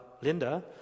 Linda